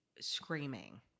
screaming